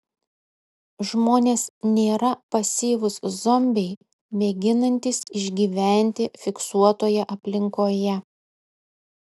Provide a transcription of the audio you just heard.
žmonės nėra pasyvūs zombiai mėginantys išgyventi fiksuotoje aplinkoje